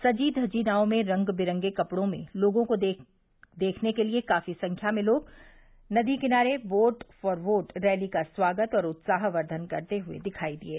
सजी धजी नावों में रंग बिरंगे कपड़ो में लोगों को देखने के लिये काफी संख्या में लोग नदी किनारे बोट फार वोट रैली का स्वागत व उत्साहवर्धन करते हये दिखायी दिये